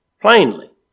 plainly